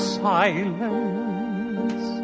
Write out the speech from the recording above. silence